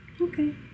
okay